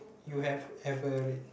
you have ever read